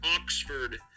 Oxford